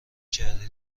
کردی